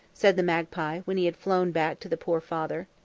said the magpie when he had flown back to the poor father.